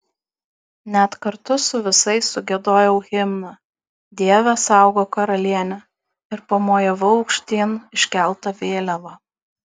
net kartu su visais sugiedojau himną dieve saugok karalienę ir pamojavau aukštyn iškelta vėliava